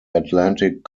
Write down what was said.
atlantic